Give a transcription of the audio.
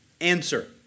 Answer